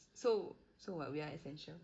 so so what we are essential